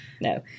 No